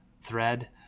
thread